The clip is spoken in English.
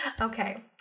Okay